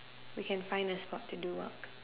we can find a spot to do work